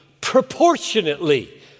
proportionately